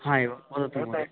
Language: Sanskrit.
हा एवं वदतु महोदय